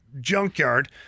junkyard